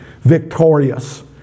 victorious